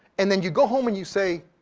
and then you go home and you say,